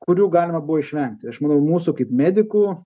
kurių galima buvo išvengti aš manau mūsų kaip medikų